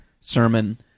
sermon